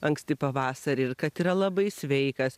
anksti pavasarį ir kad yra labai sveikas